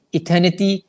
eternity